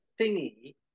Thingy